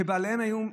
שבעליהן היו,